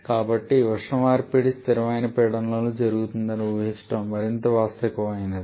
కాబట్టి ఈ ఉష్ణ మార్పిడి స్థిరమైన పీడనంతో జరుగుతుందని ఊహించడం మరింత వాస్తవికమైనది